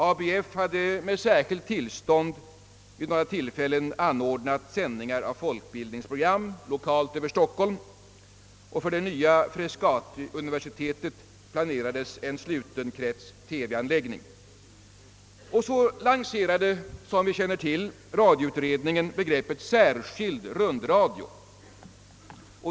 Vidare har ABF med särskilt tillstånd vid några tillfällen anordnat sändningar med folkbildningsprogram lokalt över Stockholm, och för det nya Frescati-universitetet planeras en anläggning för slutenkretstelevision. Radioutredningen lancerade, som vi känner till, begreppet »särskild rundradio».